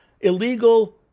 illegal